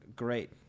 great